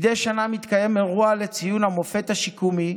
מדי שנה מתקיים אירוע לציון המופת השיקומי,